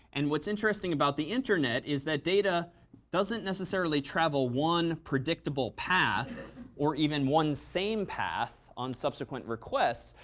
and what's interesting about the internet is that data doesn't necessarily travel one predictable path or even one same path on subsequent requests.